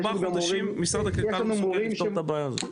ארבעה חודשים משרד הקליטה לא מסוגל לפתור את הבעיה הזו.